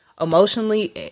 emotionally